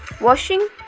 washing